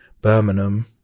Birmingham